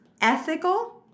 Ethical